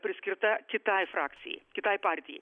priskirta kitai frakcijai kitai partijai